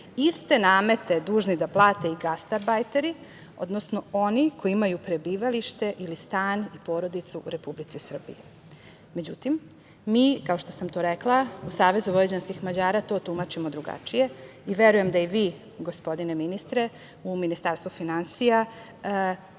iste namete dužni da plate i gastarbajteri, odnosno oni koji imaju prebivalište ili stan i porodicu u Republici Srbiji.Međutim, kao što sam to rekla, mi u SVM to tumačimo drugačije. Verujem da i vi gospodine ministre u Ministarstvu finansija